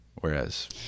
whereas